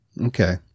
Okay